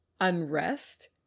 unrest